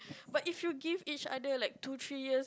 but if you give each other like two three year